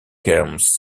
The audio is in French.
games